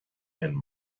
and